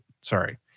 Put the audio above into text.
Sorry